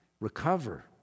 recover